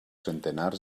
centenars